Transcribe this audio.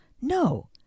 No